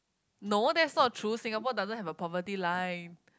no that's not true Singapore doesn't have a poverty life